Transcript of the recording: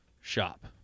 shop